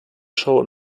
show